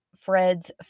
Fred's